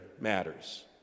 matters